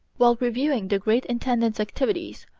while reviewing the great intendant's activities,